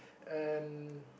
and